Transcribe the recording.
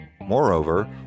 Moreover